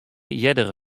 earder